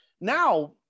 Now